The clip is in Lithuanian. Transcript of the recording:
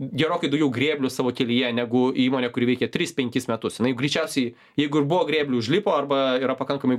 gerokai daugiau grėblių savo kelyje negu įmonė kuri veikė tris penkis metus jinai jau greičiausiai jeigu ir buvo grėblių užlipo arba yra pakankamai